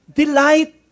delight